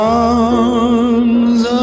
arms